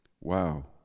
Wow